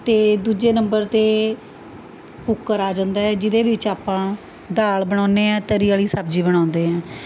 ਅਤੇ ਦੂਜੇ ਨੰਬਰ 'ਤੇ ਕੁੱਕਰ ਆ ਜਾਂਦਾ ਹੈ ਜਿਹਦੇ ਵਿੱਚ ਆਪਾਂ ਦਾਲ ਬਣਾਉਂਦੇ ਹੈ ਤਰੀ ਵਾਲੀ ਸਬਜ਼ੀ ਬਣਾਉਂਦੇ ਹੈ